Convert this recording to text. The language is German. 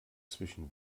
zwischen